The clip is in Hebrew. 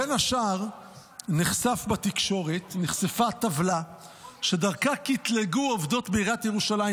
בין השאר נחשפה בתקשורת טבלה שדרכה קטלגו עובדות בעיריית ירושלים,